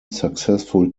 successful